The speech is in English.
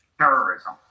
terrorism